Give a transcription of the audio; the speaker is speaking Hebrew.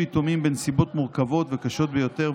יתומים בנסיבות מורכבות וקשות ביותר,